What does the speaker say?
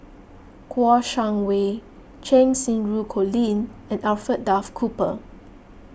Kouo Shang Wei Cheng Xinru Colin and Alfred Duff Cooper